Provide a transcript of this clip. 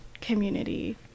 community